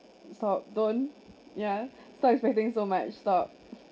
stop don't ya stop expecting so much stop